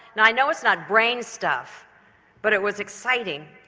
and i know it's not brain stuff but it was exciting,